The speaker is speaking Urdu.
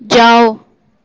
جاؤ